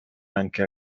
anche